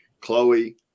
Chloe